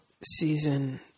Season